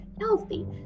healthy